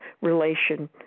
relation